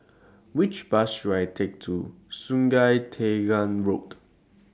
Which Bus should I Take to Sungei Tengah Road